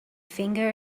finger